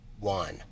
one